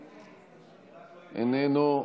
איננו,